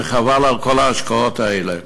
וחבל על כל ההשקעות האלה.